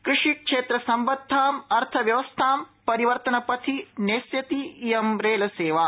कृषि क्षेत्रसम्बद्वाम् अर्थव्यवस्थां परिवर्तनपथि नेष्यति इयं रेलसेवा